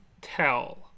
tell